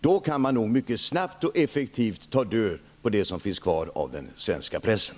Då kan man nog mycket snabbt och effektivt ta död på det som finns kvar av den svenska pressen.